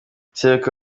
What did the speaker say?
sebukwe